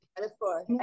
metaphor